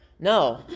no